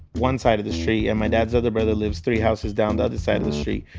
one side of the street and my dad's other brother lives three houses down, the other side of the street.